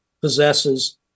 possesses